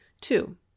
Two